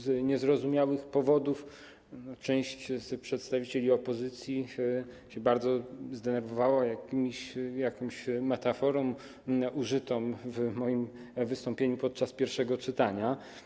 Z niezrozumiałych powodów część przedstawicieli opozycji bardzo się zdenerwowała jakąś metaforą użytą w moim wystąpieniu podczas pierwszego czytania.